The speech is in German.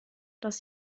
dass